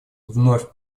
вновь